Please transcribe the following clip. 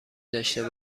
داشته